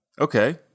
Okay